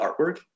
artwork